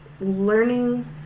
learning